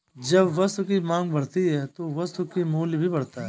जब वस्तु की मांग बढ़ती है तो वस्तु का मूल्य भी बढ़ता है